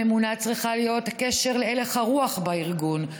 הממונה צריכה להיות הקשר להלך הרוח בארגון,